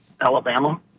Alabama